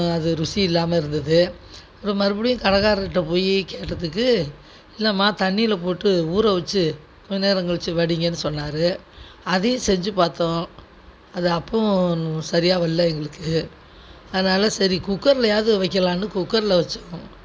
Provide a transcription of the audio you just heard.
அது ருசி இல்லாமல் இருந்துது அப்புறம் மறுபடியும் கடைக்காரர்கிட்ட போய் கேட்டதுக்கு இல்லைமா தண்ணியில் போட்டு ஊறவச்சு கொஞ்சம் நேரம் கழிச்சு வடிங்கன்னு சொன்னார் அதையும் செஞ்சு பார்த்தோம் அது அப்பவும் சரியாக வரல்ல எங்களுக்கு அதனால் சரி குக்கர்லயாவது வைக்கலாம்னு குக்கரில் வச்சோம்